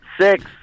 Six